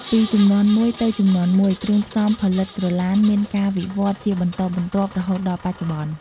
ពីជំនាន់មួយទៅជំនាន់មួយ គ្រឿងផ្សំផលិតក្រឡាន មានការវិវឌ្ឍជាបន្តបន្ទាប់រហូតដល់បច្ចុប្បន្ន។